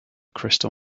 crystal